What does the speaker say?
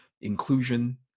inclusion